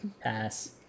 Pass